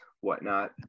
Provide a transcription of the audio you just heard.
whatnot